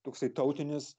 toksai tautinis